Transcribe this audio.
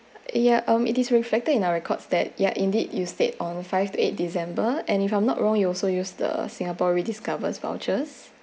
ya um it is reflected in our records that ya indeed you stayed on five to eight december and if I'm not wrong you also use the singapore rediscovered vouchers